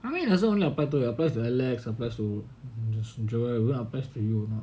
I mean as long as it applies to you it applies to alex it applies to jo~ joy it wouldn't apply to you or not